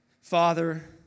Father